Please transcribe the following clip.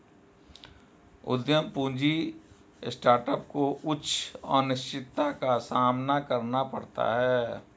उद्यम पूंजी स्टार्टअप को उच्च अनिश्चितता का सामना करना पड़ता है